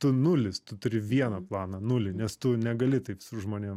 tu nulis tu turi vieną planą nulį nes tu negali taip su žmonėm